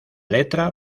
letra